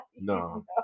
No